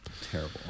Terrible